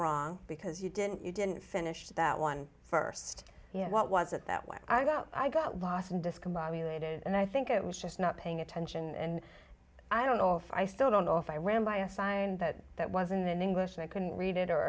wrong because you didn't you didn't finish that one first what was it that when i got out i got lost and discombobulated and i think it was just not paying attention and i don't know if i still don't know if i ran by a sign that that was in english and i couldn't read it or